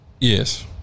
Yes